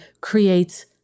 creates